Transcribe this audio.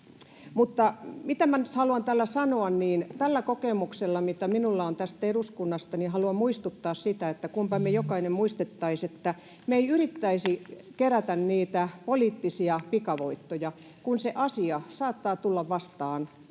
Mutta minä nyt haluan tällä sanoa, että tällä kokemuksella, mitä minulla on tästä eduskunnasta, haluan muistuttaa, että kunpa me jokainen muistaisimme, että ei yritettäisi kerätä niitä poliittisia pikavoittoja, kun se asia saattaa tulla vastaan